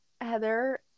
Heather